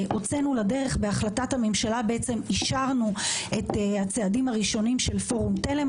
אישרנו בהחלטת הממשלה את הצעדים הראשונים של פורום תל"מ